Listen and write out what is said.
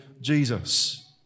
Jesus